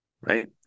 Right